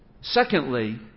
Secondly